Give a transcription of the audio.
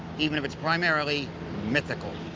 even if it's primarily mythical.